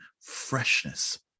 freshness